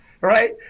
right